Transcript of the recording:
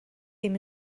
ddim